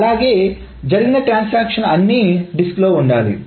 అలాగే జరిగిన ట్రాన్సాక్షన్లు అన్ని డిస్కులో ఉండాలి